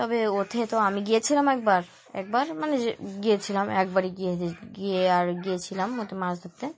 তবে ওঠে তো আমি গিয়েছিলাম একবার একবার মানে যে গিয়েছিলাম একবারই গিয়ে গিয়ে আর গিয়েছিলাম ওতে মাছ ধরতে